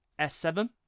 S7